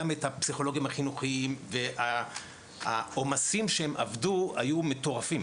גם את הפסיכולוגים החינוכיים והעומסים שהם עבדו היו מטורפים